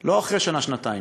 לא אחרי שנה-שנתיים,